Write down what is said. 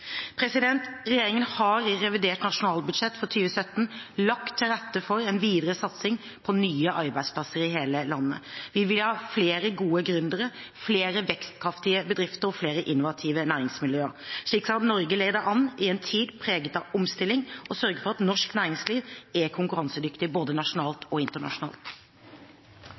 Regjeringen har i revidert nasjonalbudsjett for 2017 lagt til rette for en videre satsing på nye arbeidsplasser i hele landet. Vi vil ha flere gode gründere, flere vekstkraftige bedrifter og flere innovative næringsmiljøer. Slik kan Norge lede an i en tid preget av omstilling og sørge for at norsk næringsliv er konkurransedyktig både nasjonalt og internasjonalt.